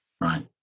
Right